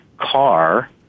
car